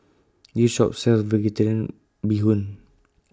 This Shop sells Vegetarian Bee Hoon